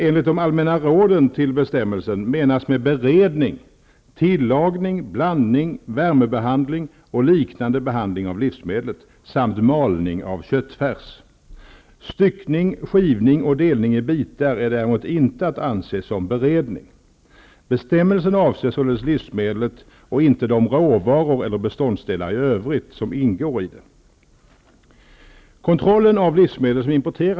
Enligt de allmänna råden till bestämmelsen menas med beredning tillagning, blandning, värmebehandling och liknande behandling av livsmedlet samt malning av köttfärs. Styckning, skivning och delning i bitar är däremot inte att anse som beredning. Bestämmelsen avser således livsmedlet och inte de råvaror eller beståndsdelar i övrigt som ingår i det.